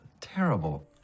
Terrible